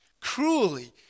cruelly